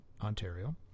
Ontario